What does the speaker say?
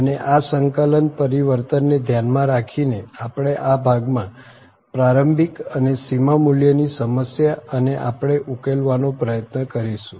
અને આ સંકલન પરિવર્તનને ધ્યાનમાં રાખીને આપણે આ ભાગમાં પ્રારંભિક અને સીમા મૂલ્યની સમસ્યા અને આપણે ઉકેલવાનો પ્રયત્ન કરીશું